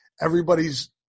everybody's